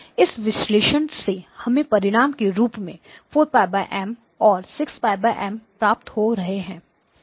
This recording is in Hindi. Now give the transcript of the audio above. इस विश्लेषण से हमें परिणाम के रूप में 4 π Mऔर 6 π M प्राप्त हो ही रहे हैं